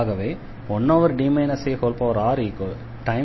ஆகவே 1D areaxxrr